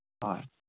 ꯍꯣꯏ